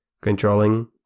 controlling